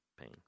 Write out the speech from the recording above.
pain